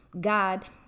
God